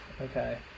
Okay